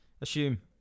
Assume